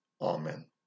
Amen